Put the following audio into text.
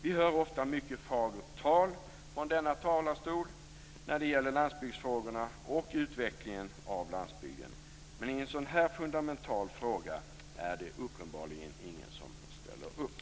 Vi hör ofta mycket fagert tal från denna talarstol när det gäller landsbygdsfrågorna och utvecklingen av landsbygden. Men i en sådan här fundamental fråga är det uppenbarligen ingen som ställer upp.